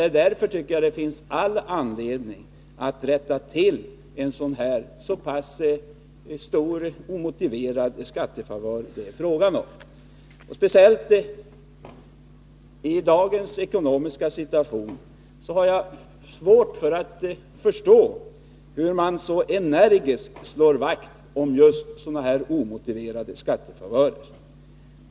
Därför finns det all anledning att rätta till en så pass stor och omotiverad skattefavör som det här är fråga om. Speciellt i dagens ekonomiska situation har jag svårt att förstå att man så energiskt slår vakt om just sådana här omotiverade skattefavörer.